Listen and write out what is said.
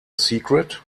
secret